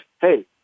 hey